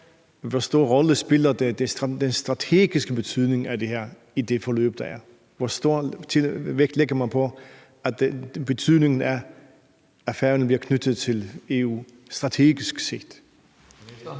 hvor stor en rolle den strategiske betydning spiller i det forløb, der er. Hvor stor vægt lægger man på betydningen af, at Færøerne bliver knyttet til EU, strategisk set?